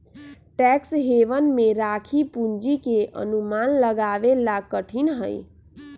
tax haven में राखी पूंजी के अनुमान लगावे ला कठिन हई